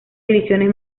divisiones